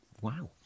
Wow